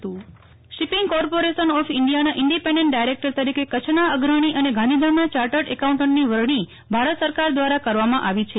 Nefal Thakkar shipping corporation shipping corporation of ઇન્ડિયાના independent director તરીકે કચ્છના અગ્રણી અને ગાંધીધામના ચાટર્ડ એકાઉન્ટન્ટની વરણી ભારત સરકાર દ્વારા કરવામાં આવી છે